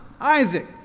Isaac